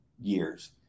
years